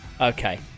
Okay